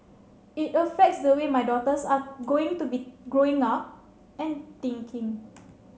it affects the way my daughters are going to be Growing Up and thinking